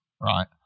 right